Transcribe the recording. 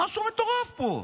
משהו מטורף פה.